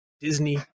disney